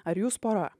ar jūs pora